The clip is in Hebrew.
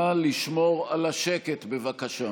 נא לשמור על השקט, בבקשה.